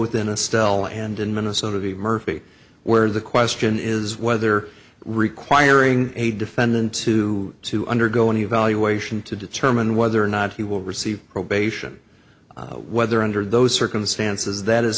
both in a style and in minnesota v murphy where the question is whether requiring a defendant to to undergo an evaluation to determine whether or not he will receive probation whether under those circumstances that